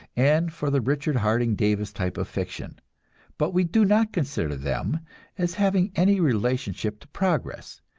and for the richard harding davis type of fiction but we do not consider them as having any relationship to progress.